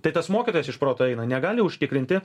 tai tas mokytojas iš proto eina negali užtikrinti